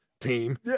team